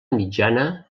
mitjana